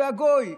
הוא גוי.